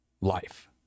life